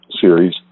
series